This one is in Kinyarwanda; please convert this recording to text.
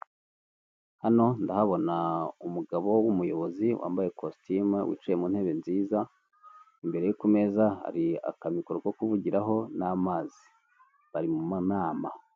Hano ndahabona umugabo w'umuyobozi wambaye ikositimu wicaye mu ntebe nziza, imbere ye ku meza hari akamikoro ko kuvugiraho n'amazi bari mu nama.